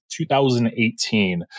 2018